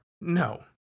No